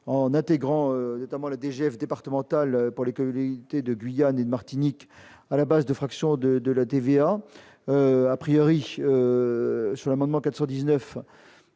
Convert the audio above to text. en intégrant notamment la DGF départementales pour école et de Guyane et de Martinique à la base de fractions de de la TVA a priori sur l'amendement 419